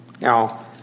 Now